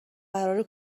قرار